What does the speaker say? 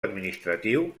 administratiu